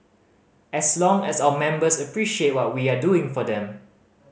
as long as our members appreciate what we are doing for them